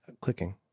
Clicking